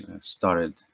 started